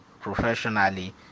professionally